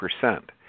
percent